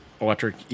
electric